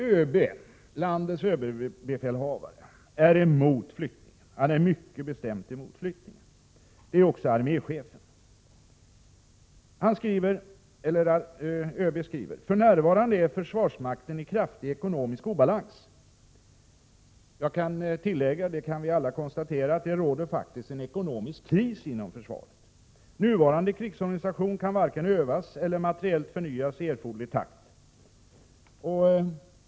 ÖB, landets överbefälhavare, är mycket bestämt emot flyttningen. Det är också arméchefen. ÖB skriver: ”För närvarande är försvarsmakten i kraftig ekonomisk obalans.” Jag kan tillägga att vi kan alla konstatera att det råder en ekonomisk kris inom försvaret. ”Nuvarande krigsorganisation kan varken övas eller materiellt förnyas i erforderlig takt”, skriver ÖB vidare.